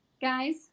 guys